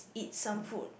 eat some food